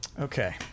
Okay